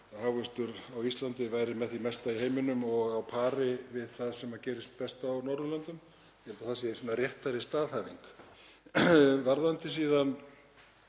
að hagvöxtur á Íslandi væri með því mesta í heiminum og á pari við það sem gerist best á Norðurlöndum. Ég held að það sé réttari staðhæfing. Varðandi síðan